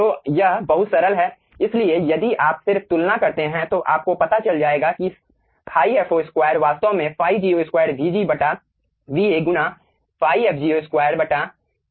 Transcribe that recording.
तो यह बहुत सरल है इसलिए यदि आप सिर्फ तुलना करते हैं तो आपको पता चल जाएगा किϕfo2 वास्तव में ϕgo 2 Vg Va गुना ϕfgo 2 ϕfo हैं